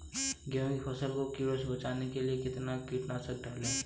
गेहूँ की फसल को कीड़ों से बचाने के लिए कितना कीटनाशक डालें?